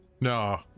No